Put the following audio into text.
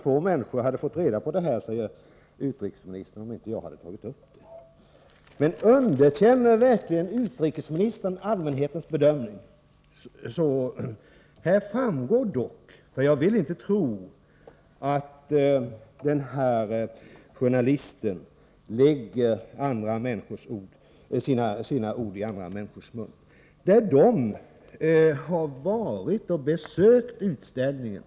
Få människor hade fått reda på att det är marijuana som människorna på bilden röker om inte Rune Gustavsson hade tagit upp det, säger utrikesministern. Underkänner verkligen utrikesministern allmänhetens bedömning? Av artikeln framgår dock att många som har besökt utställningen är mycket upprörda när de gör sina kommentarer — jag vill inte tro att journalisterna lägger sina ord i andra människors mun.